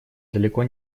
далеко